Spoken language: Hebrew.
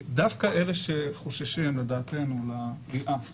דווקא אלה שחוששים, לדעתנו, לפגיעה